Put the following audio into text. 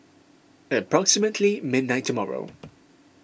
approximately midnight tomorrow